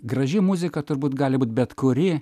graži muzika turbūt gali būti bet kuri